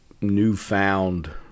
newfound